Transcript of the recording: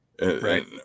Right